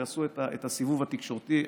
ויעשו את הסיבוב התקשורתי.